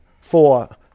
four